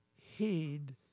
heed